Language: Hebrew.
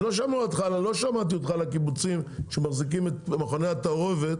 אז לא שמעתי אותך על הקיבוצים שמחזיקים את מכוני התערובת